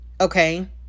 Okay